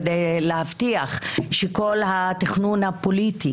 כדי להבטיח שכל התכנון הפוליטי